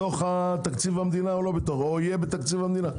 בתוך תקציב המדינה או יהיה בתקציב המדינה?